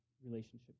relationship